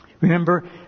Remember